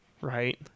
Right